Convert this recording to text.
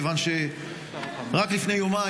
מכיוון שרק לפני יומיים,